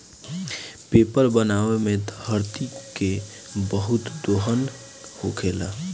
paper बनावे मे धरती के बहुत दोहन होखेला